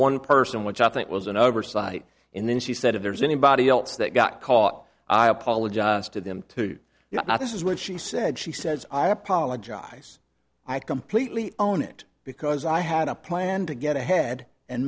one person which i think was an oversight and then she said if there's anybody else that got caught i apologize to them too not this is what she said she says i apologize i completely own it because i had a plan to get ahead and